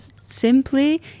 simply